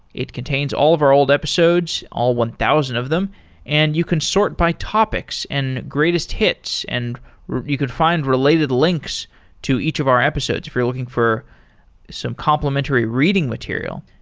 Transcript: it contains all of our old episodes, all one thousand of them and you can sort by topics and greatest-hits and you can find related links to each of our episodes, if you're looking for some complimentary reading material.